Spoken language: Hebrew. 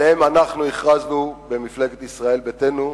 שעליהם הכרזנו במפלגת ישראל ביתנו.